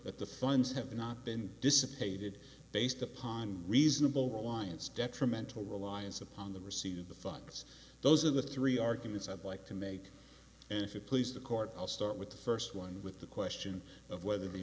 that the funds have not been dissipated based upon reasonable reliance detrimental reliance upon the receipt of the funds those of the three arguments i'd like to make and if it please the court i'll start with the first one with the question of whether the